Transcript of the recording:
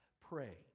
pray